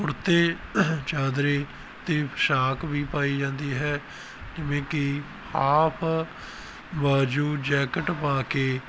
ਕੁੜਤੇ ਚਾਦਰੇ ਅਤੇ ਪੌਸ਼ਾਕ ਵੀ ਪਾਈ ਜਾਂਦੀ ਹੈ ਜਿਵੇਂ ਕਿ ਹਾਫ਼ ਬਾਜੂ ਜੈਕਟ ਪਾ ਕੇ